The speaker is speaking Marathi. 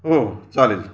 हो चालेल